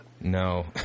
No